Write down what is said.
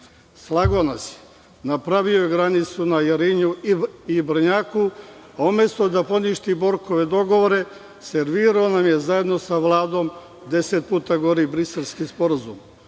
Slagao nas je. Napravio je granicu na Jarinju i Brnjaku. Umesto da poništi Borkove dogovore, servirao nam je zajedno sa Vladom deset puta gori Briselski sporazum.